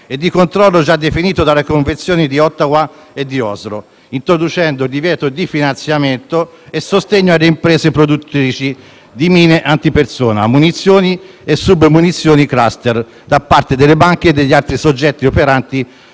e di controllo già definito dalle Convenzioni di Ottawa e di Oslo, introducendo il divieto di finanziamento e di sostegno alle imprese produttrici di mine antipersona, munizioni e submunizioni *cluster* da parte delle banche e degli altri soggetti operanti